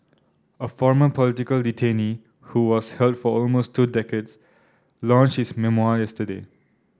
a former political detainee who was held for almost two decades launched his memoir yesterday